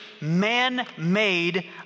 man-made